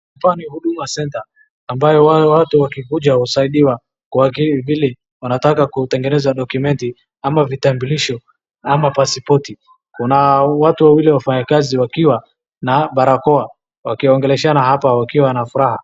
Hapa ni huduma centre ambapo watu wakikuja husaidiwa kwa vitu kama wanataka kutengeneza document ama vitambulisho ama passport .Kuna watu wawili wafanyakazi wakiwa na barakoa wakiongeleshana hapa wakiwa na furaha.